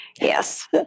yes